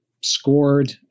scored